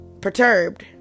perturbed